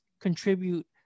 contribute